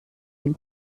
den